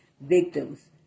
victims